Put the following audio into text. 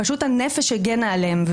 פשוט הנפש הגנה עליהם.